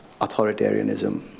authoritarianism